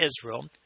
Israel